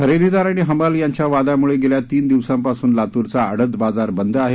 खरेदीदार आणि हमाल यांच्या वादामुळे गेल्या तीन दिवसांपासुन लातूरचा आडत बाजार बंद आहे